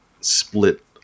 split